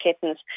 kittens